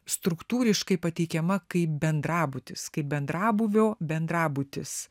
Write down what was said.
struktūriškai pateikiama kaip bendrabutis kaip bendrabūvio bendrabutis